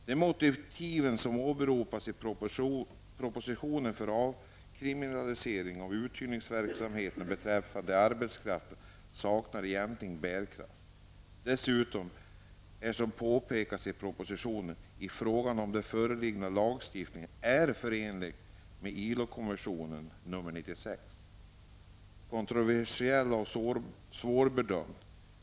De motiv som åberopas i propositionen för avkriminalisering av uthyrningsverksamhet beträffande arbetskraft saknar egentlig bärkraft. Dessutom är, som påpekas i propositionen, frågan om den föreslagna lagstiftningens förenlighet med ILOs konvention nr 96 kontroversiell och svårbedömd.